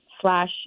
slash